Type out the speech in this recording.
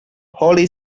holy